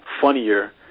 funnier